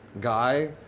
guy